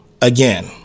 Again